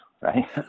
right